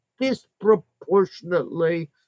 disproportionately